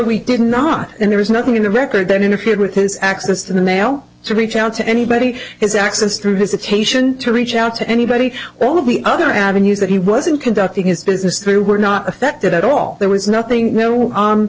we did not and there is nothing in the record that interfered with his access to the mail to reach out to anybody is accessed through visitation to reach out to anybody well of the other avenues that he was in conducting his business they were not affected at all there was nothing